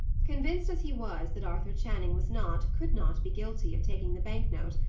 convinced, as he was, that arthur channing was not, could not be guilty of taking the bank-note,